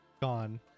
Gone